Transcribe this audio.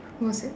what's yo~